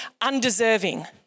undeserving